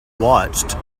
watched